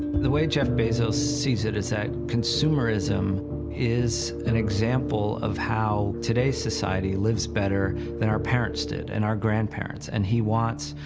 the way jeff bezos sees is it is that consumerism is an example of how today's society lives better than our parents did and our grandparents. and he wants,